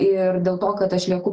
ir dėl to kad aš lieku